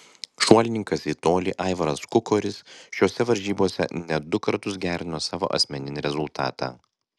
šuolininkas į tolį aivaras kukoris šiose varžybose net du kartus gerino savo asmeninį rezultatą